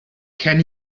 can